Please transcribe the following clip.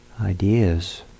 ideas